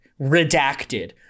redacted